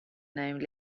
named